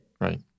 Right